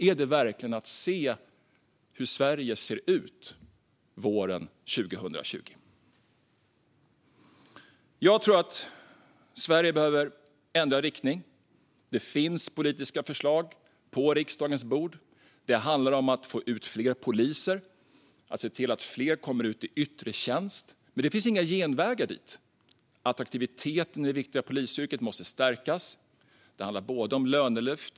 Är det verkligen att se hur Sverige ser ut våren 2020? Jag tror att Sverige behöver ändra riktning. Det finns politiska förslag på riksdagens bord. Det handlar om att få ut fler poliser och att se till att fler kommer ut i yttre tjänst. Men det finns inga genvägar dit. Attraktiviteten i det viktiga polisyrket måste stärkas. Det handlar om lönelyft.